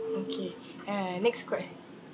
okay uh next question